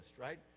right